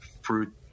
fruit